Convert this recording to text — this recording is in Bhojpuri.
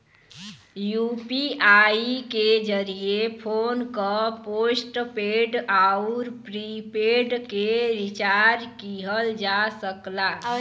यू.पी.आई के जरिये फोन क पोस्टपेड आउर प्रीपेड के रिचार्ज किहल जा सकला